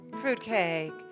Fruitcake